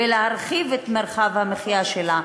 בלהרחיב את מרחב המחיה שלה,